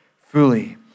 fully